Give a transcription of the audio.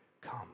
Come